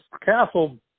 Castle